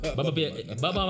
Baba